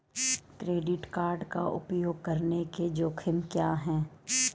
Credit card का उपयोग करने के जोखिम क्या हैं?